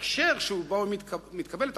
ההקשר שבו היא מתקבלת,